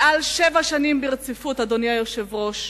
יותר משבע שנים ברציפות, אדוני היושב-ראש,